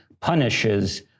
punishes